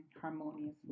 Harmoniously